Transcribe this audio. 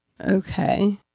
Okay